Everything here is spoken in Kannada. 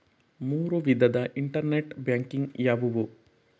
ಮೂರು ವಿಧದ ಇಂಟರ್ನೆಟ್ ಬ್ಯಾಂಕಿಂಗ್ ಯಾವುವು?